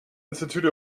institute